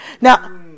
now